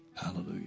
Hallelujah